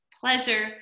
pleasure